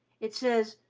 it says,